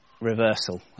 reversal